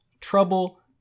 Trouble